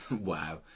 Wow